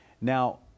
Now